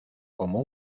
como